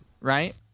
right